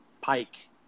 Pike